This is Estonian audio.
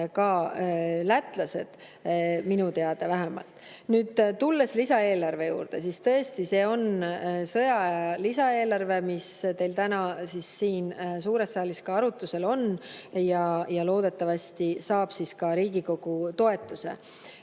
ka lätlased minu teada vähemalt. Nüüd lisaeelarve juurde. Tõesti, see on sõjaaja lisaeelarve, mis teil täna siin suures saalis arutusel on ja loodetavasti saab ka Riigikogu toetuse.